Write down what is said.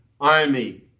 army